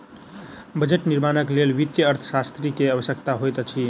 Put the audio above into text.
budget निर्माणक लेल वित्तीय अर्थशास्त्री के आवश्यकता होइत अछि